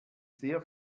sehr